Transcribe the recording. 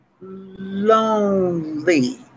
Lonely